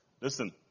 Listen